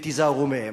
ותיזהרו מהם.